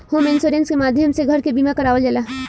home insurance के माध्यम से घर के बीमा करावल जाला